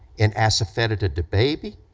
and assafetid, ah da baby,